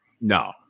No